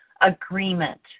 agreement